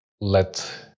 let